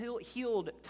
healed